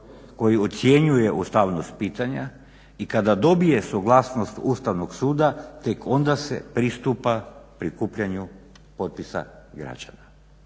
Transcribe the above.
koji ocjenjuje ustavnog pitanja i kada dobije suglasnost Ustavnog suda tek onda se pristupa prikupljanju potpisa građana.